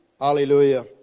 Hallelujah